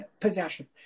possession